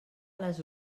les